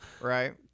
Right